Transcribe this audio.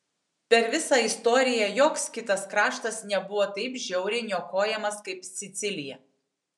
per visą istoriją joks kitas kraštas nebuvo taip žiauriai niokojamas kaip sicilija